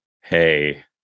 hey